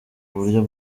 buryo